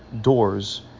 doors